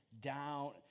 down